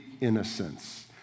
innocence